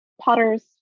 potters